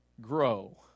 grow